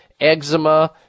eczema